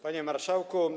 Panie Marszałku!